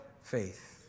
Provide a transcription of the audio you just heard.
faith